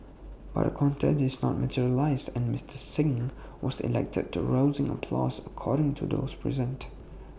but A contest did not materialise and Mister Singh was elected to rousing applause according to those present